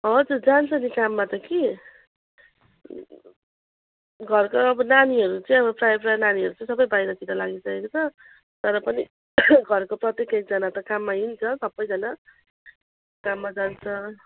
हजुर जान्छ नि काममा त कि घरको अब नानीहरू चाहिँ अब प्राय प्राय नानीहरू चाहिँ सबै बाहिरतिर लागिसकेको छ तर पनि घरको प्रत्येक एकजना त काममा हिँड्छ सबैजना काममा जान्छ